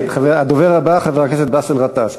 הדובר הבא, חבר הכנסת באסל גטאס,